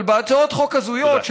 אבל בהצעות חוק הזויות, תודה.